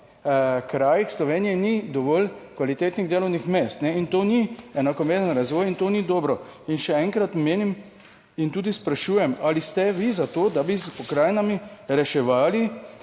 krajih Slovenije ni dovolj kvalitetnih delovnih mest. In to ni enakomeren razvoj in to ni dobro. In še enkrat menim in tudi sprašujem: Ali ste vi za to, da bi s pokrajinami reševali